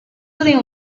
sitting